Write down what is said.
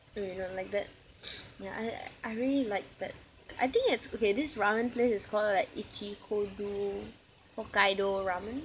oh you don't like that ya I I really like that I think it's okay this ramen place is call like Ichikokudo Hokkaido ramen